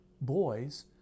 boys